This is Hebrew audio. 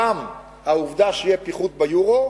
גם העובדה שיהיה פיחות ביורו,